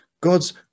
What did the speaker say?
God's